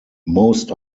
most